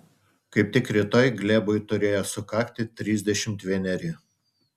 kaip tik rytoj glebui turėjo sukakti trisdešimt vieneri